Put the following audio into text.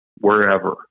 wherever